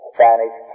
Spanish